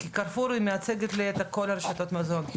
'קרפור' מייצגת לי את כל רשתות המזון.